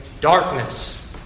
darkness